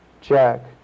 Jack